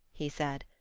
he said.